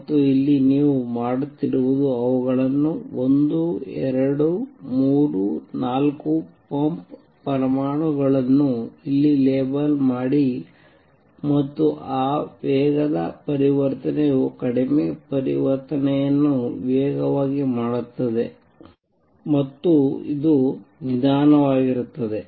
ಮತ್ತು ನೀವು ಇಲ್ಲಿ ಮಾಡುತ್ತಿರುವುದು ಅವುಗಳನ್ನು 1 2 3 4 ಪಂಪ್ ಪರಮಾಣುಗಳನ್ನು ಇಲ್ಲಿ ಲೇಬಲ್ ಮಾಡಿ ಮತ್ತು ಈ ವೇಗದ ಪರಿವರ್ತನೆಯು ಕಡಿಮೆ ಪರಿವರ್ತನೆಯನ್ನು ವೇಗವಾಗಿ ಮಾಡುತ್ತದೆ ಮತ್ತು ಇದು ನಿಧಾನವಾಗಿರುತ್ತದೆ